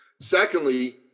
Secondly